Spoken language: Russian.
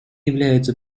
являются